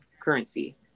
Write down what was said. currency